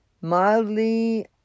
mildly